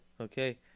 Okay